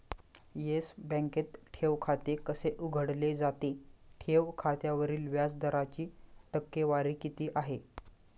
Yes बँकेत ठेव खाते कसे उघडले जाते? ठेव खात्यावरील व्याज दराची टक्केवारी किती आहे?